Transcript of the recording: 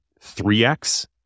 3x